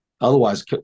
Otherwise